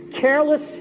Careless